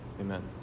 Amen